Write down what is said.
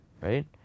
Right